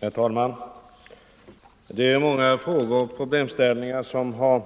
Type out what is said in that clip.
Herr talman! Det är många frågor och problemställningar som har